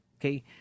Okay